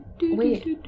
Wait